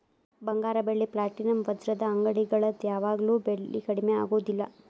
ಬಂಗಾರ ಬೆಳ್ಳಿ ಪ್ಲಾಟಿನಂ ವಜ್ರದ ಅಂಗಡಿಗಳದ್ ಯಾವಾಗೂ ಬೆಲಿ ಕಡ್ಮಿ ಆಗುದಿಲ್ಲ